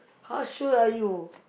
how sure are you